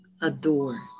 adore